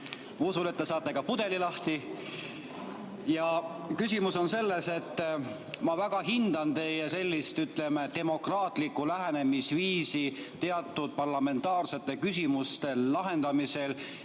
usun, et te saate ka pudeli lahti. Küsimus on selles, et ma väga hindan teie sellist, ütleme, demokraatlikku lähenemisviisi teatud parlamentaarsete küsimuste lahendamisel.